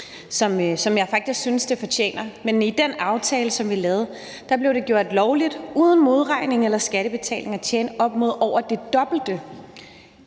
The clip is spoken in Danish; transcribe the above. som jeg faktisk synes det fortjener, men i den aftale, som vi lavede, blev det gjort lovligt uden modregning eller skattebetaling at tjene op mod over det dobbelte